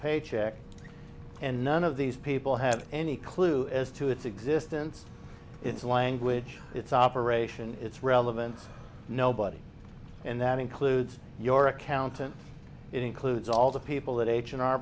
paycheck and none of these people have any clue as to its existence its language its operation its relevance nobody and that includes your accountant it includes all the people that